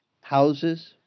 houses